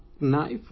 knife